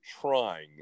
trying